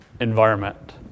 environment